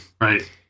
Right